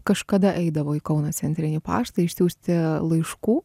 kažkada eidavo į kauno centrinį paštą išsiųsti laiškų